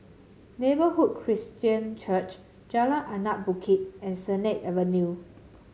Neighbourhood Christian Church Jalan Anak Bukit and Sennett Avenue